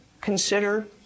consider